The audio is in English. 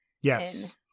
Yes